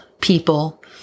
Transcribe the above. people